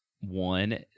One